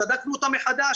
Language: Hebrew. בדקנו אותם מחדש.